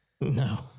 No